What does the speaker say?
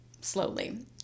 slowly